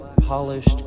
polished